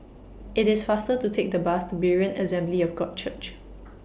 IT IS faster to Take The Bus to Berean Assembly of God Church